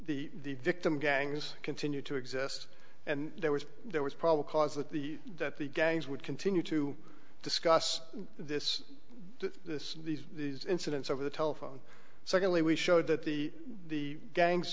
the victim gangs continue to exist and there was there was probably cause that the that the gangs would continue to discuss this this these these incidents over the telephone secondly we showed that the the gangs